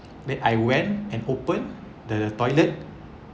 then I went and open the toilet